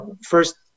First